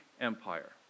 Empire